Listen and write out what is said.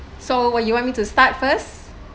so will you want me to start first